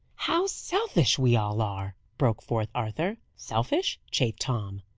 how selfish we all are! broke forth arthur. selfish? chafed tom.